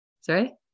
Sorry